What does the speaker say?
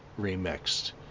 remixed